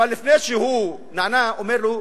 אבל לפני שהוא נענה, אומר לו: